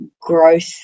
growth